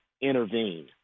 intervene